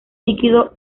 líquido